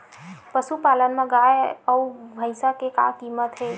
पशुपालन मा गाय अउ भंइसा के का कीमत हे?